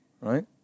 Right